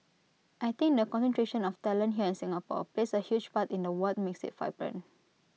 I think the concentration of talent here in Singapore plays A huge part in the what makes IT vibrant